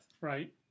Right